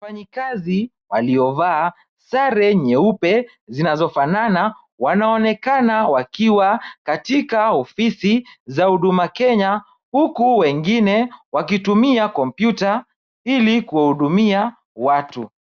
Wafanyikazi waliovaa sare nyeupe zinazofanana wanaonekana wakiwa katika ofisi za Huduma Kenya huku wengine wakitumia kompyuta ili kuwahudumia watu.